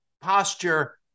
posture